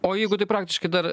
o jeigu tai praktiškai dar